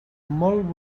molt